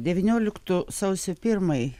devynioliktų sausio pirmai